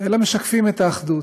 אלא משקפים את האחדות: